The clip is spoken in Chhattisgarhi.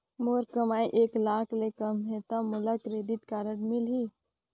मोर कमाई एक लाख ले कम है ता मोला क्रेडिट कारड मिल ही?